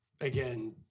again